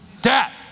Dad